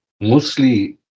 mostly